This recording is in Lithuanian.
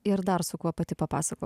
ir dar su kuo pati papasakok